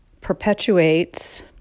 perpetuates